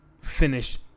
finish